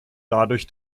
dadurch